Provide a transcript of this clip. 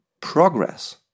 progress